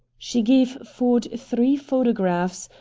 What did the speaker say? she gave ford three photographs,